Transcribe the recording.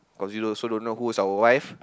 cause we also don't know who is our wife